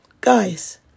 guys